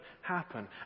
happen